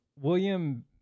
William